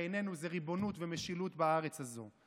בעינינו זה ריבונות ומשילות בארץ הזו.